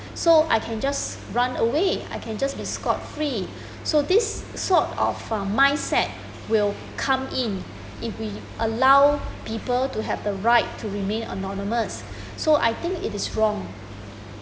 so I can just run away I can just be scot free so this sort of uh mindset will come in if we allow people to have the right to remain anonymous so I think it is wrong